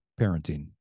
parenting